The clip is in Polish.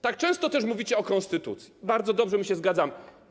Tak często mówicie o konstytucji - bardzo dobrze, my się zgadzamy.